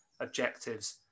objectives